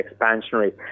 expansionary